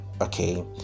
okay